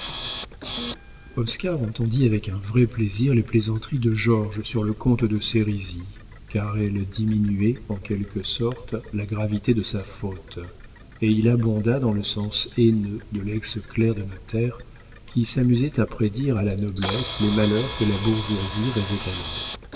entendit avec un vrai plaisir les plaisanteries de georges sur le comte de sérisy car elles diminuaient en quelque sorte la gravité de sa faute et il abonda dans le sens haineux de lex clerc de notaire qui s'amusait à prédire à la noblesse les malheurs que la bourgeoisie rêvait alors